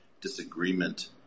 disagreement